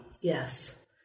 Yes